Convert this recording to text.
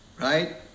right